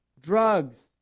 drugs